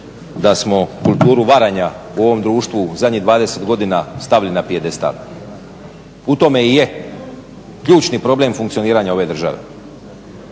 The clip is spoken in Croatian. da smo kulturu varanja u ovom društvu zadnjih 20 godina stavili na pijedestal. U tome i je ključni problem funkcioniranja ove države